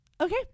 Okay